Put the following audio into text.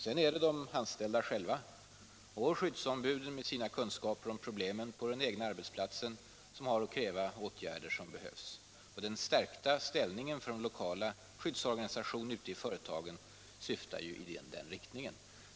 Sedan är det de anställda själva och skyddsombuden med sina kunskaper om problemen på den egna arbetsplatsen som har att kräva de åtgärder som behövs. Den stärkta ställningen för den lokala skyddsorganisationen ute i företagen syftar ju i den riktningen.